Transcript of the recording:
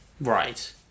Right